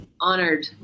honored